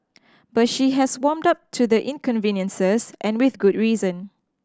but she has warmed up to the inconveniences and with good reason